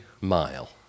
mile